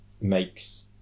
makes